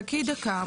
חכי דקה,